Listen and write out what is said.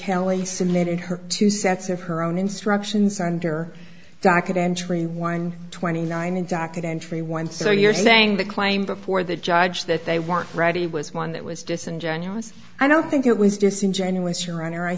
helli submitted her two sets of her own instructions under docket entry one twenty nine and docket entry one so you're saying the claim before the judge that they want ready was one that was disingenuous i don't think it was disingenuous your honor i